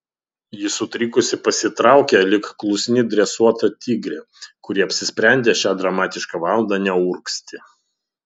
ji sutrikusi pasitraukė lyg klusni dresuota tigrė kuri apsisprendė šią dramatišką valandą neurgzti